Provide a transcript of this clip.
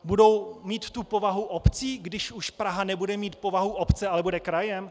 Budou mít povahu obcí, když už Praha nebude mít povahu obce, ale bude krajem?